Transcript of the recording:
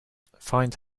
find